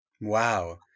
Wow